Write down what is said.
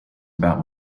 about